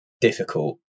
difficult